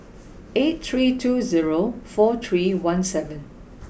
eight three two zero four three one seven